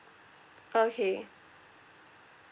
okay